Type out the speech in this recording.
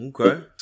Okay